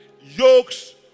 Yokes